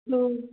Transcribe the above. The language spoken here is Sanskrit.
लो